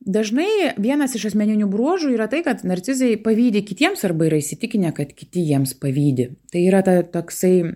dažnai vienas iš asmeninių bruožų yra tai kad narcizai pavydi kitiems arba yra įsitikinę kad kiti jiems pavydi tai yra ta toksai